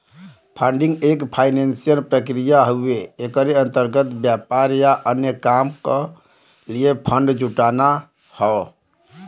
funding एक financial प्रक्रिया हउवे एकरे अंतर्गत व्यापार या अन्य काम क लिए फण्ड जुटाना हौ